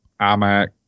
iMac